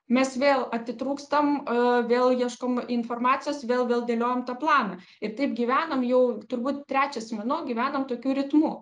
mes vėl atitrūkstam e vėl ieškom informacijos vėl vėl dėliojam tą planą ir taip gyvenam jau turbūt trečias mėnuo gyvenam tokiu ritmu